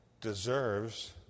deserves